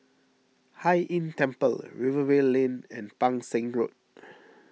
Hai Inn Temple Rivervale Lane and Pang Seng Road